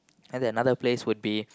then another place would be